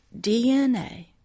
DNA